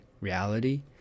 reality